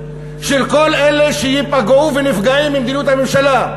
של כל אלה שייפגעו ונפגעים ממדיניות הממשלה,